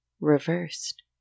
reversed